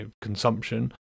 consumption